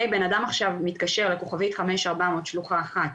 בנאדם עכשיו מתקשר ל-5400* שלוחה 1,